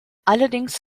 allerdings